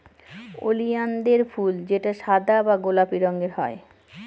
ওলিয়ানদের ফুল যেটা সাদা বা গোলাপি রঙের হয়